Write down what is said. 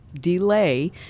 delay